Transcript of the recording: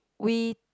we